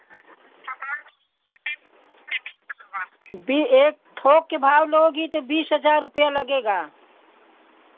भी एक थौक के भाव लोगी तो बीस हज़ार रुपैया लगेगा